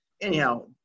anyhow